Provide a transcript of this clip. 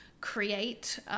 create